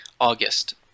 August